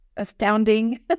astounding